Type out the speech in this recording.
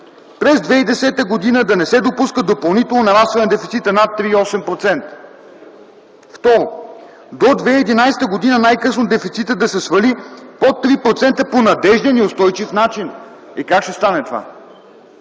през 2010 г. да не се допуска допълнително нарастване на дефицита над 3,8%. Второ, до 2011 г. най-късно дефицитът да се свали под 3% по надежден и устойчив начин. Е, как ще стане това?